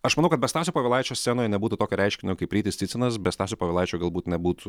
aš manau kad be stasio povilaičio scenoje nebūtų tokio reiškinio kaip rytis cicinas be stasio povilaičio galbūt nebūtų